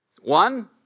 One